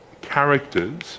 characters